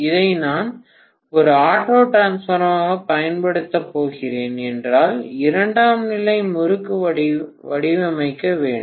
இதை நான் ஒரு ஆட்டோ டிரான்ஸ்பார்மராகப் பயன்படுத்தப் போகிறேன் என்றால் இரண்டாம் நிலை முறுக்கு வடிவமைக்க வேண்டும்